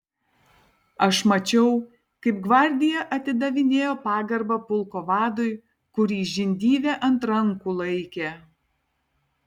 aš mačiau kaip gvardija atidavinėjo pagarbą pulko vadui kurį žindyvė ant rankų laikė